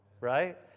right